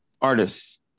artists